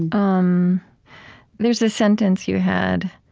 um there's a sentence you had